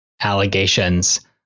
allegations